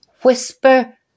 whisper